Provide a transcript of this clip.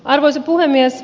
arvoisa puhemies